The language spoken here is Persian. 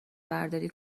برداری